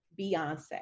beyonce